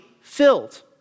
filled